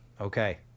Okay